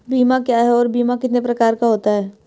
बीमा क्या है और बीमा कितने प्रकार का होता है?